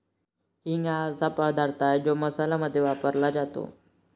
हिंग हा असा पदार्थ आहे जो मसाल्यांमध्ये वापरला जातो